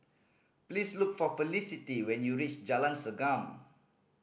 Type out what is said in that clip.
please look for Felicity when you reach Jalan Segam